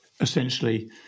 essentially